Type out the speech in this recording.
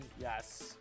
Yes